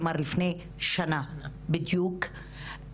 כלומר לפני שנה בדיוק,